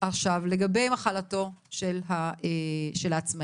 לגבי מחלתו של העצמאי.